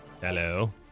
Hello